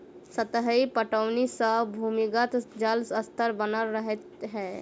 सतही पटौनी सॅ भूमिगत जल स्तर बनल रहैत छै